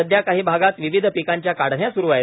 सध्या काही भागांत विविध पिकांच्या काढण्या सुरू आहेत